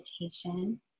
meditation